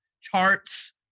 charts